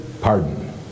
pardon